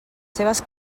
seves